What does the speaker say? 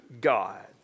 God